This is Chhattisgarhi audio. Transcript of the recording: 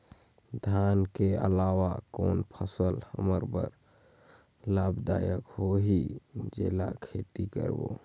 धान के अलावा कौन फसल हमर बर लाभदायक होही जेला खेती करबो?